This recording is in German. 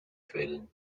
quellen